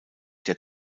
der